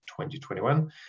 2021